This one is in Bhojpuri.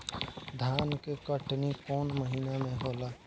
धान के कटनी कौन महीना में होला?